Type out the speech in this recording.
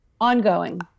Ongoing